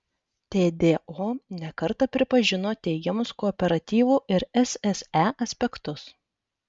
tdo ne kartą pripažino teigiamus kooperatyvų ir sse aspektus